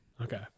Okay